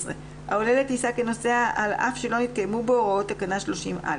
העולה לטיסה כנוסע על אף שלא נתקיימו בו הוראות תקנה 30(א).